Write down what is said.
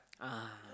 ah